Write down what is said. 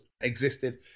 existed